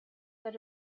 that